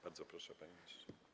Bardzo proszę, panie ministrze.